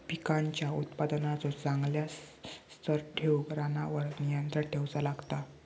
पिकांच्या उत्पादनाचो चांगल्या स्तर ठेऊक रानावर नियंत्रण ठेऊचा लागता